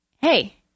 Hey